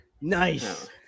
Nice